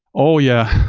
oh, yeah.